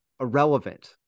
irrelevant